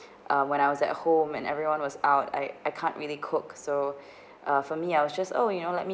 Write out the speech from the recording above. uh when I was at home and everyone was out I I can't really cook so uh for me I was just oh you know let me